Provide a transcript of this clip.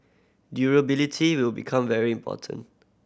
durability will become very important